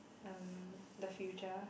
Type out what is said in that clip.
um the future